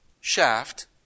shaft